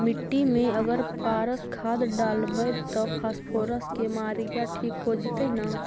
मिट्टी में अगर पारस खाद डालबै त फास्फोरस के माऋआ ठिक हो जितै न?